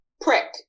prick